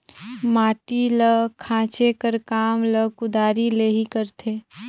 माटी ल खाचे कर काम ल कुदारी ले ही करथे